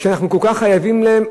שאנחנו כל כך חייבים להם,